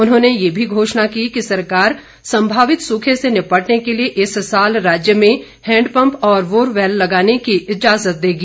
उन्होंने यह भी घोषणा की कि सरकार संभावित सूखे से निपटने के लिए इस साल राज्य में हैंडपंप और बोरवैल लगाने की इजाजत देगी